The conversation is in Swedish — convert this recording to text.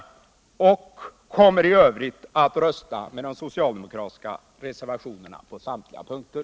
Jag kommer i övrigt att rösta med de socialdemokratiska reservationerna på samtliga punkter.